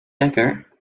lekker